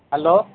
hello